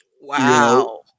Wow